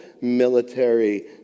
military